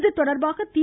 இது தொடர்பாக தி